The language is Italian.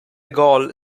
gol